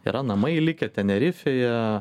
yra namai likę tenerifėje